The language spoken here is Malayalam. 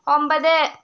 ഒൻപത്